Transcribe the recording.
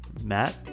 Matt